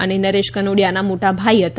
અને નરેશ કનોડીયાના મોટા ભાઈ હતા